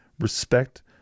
respect